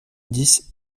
dix